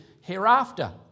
hereafter